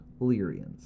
Lyrians